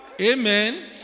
amen